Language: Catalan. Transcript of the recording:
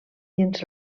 dins